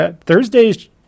Thursdays